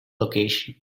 location